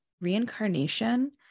reincarnation